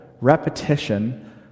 repetition